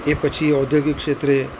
એ પછી ઔદ્યોગિક ક્ષેત્રે